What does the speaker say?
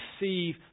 receive